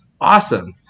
Awesome